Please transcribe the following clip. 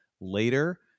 later